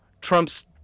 Trump's